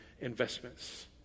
investments